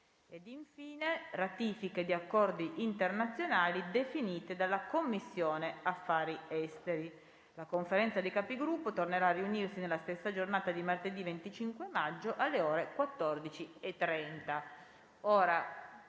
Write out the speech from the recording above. infine, ratifiche di accordi internazionali definite dalla Commissione affari esteri. La Conferenza dei Capigruppo tornerà a riunirsi nella stessa giornata di martedì 25 maggio, alle ore 14,30.